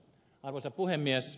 arvoisa puhemies